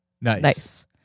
Nice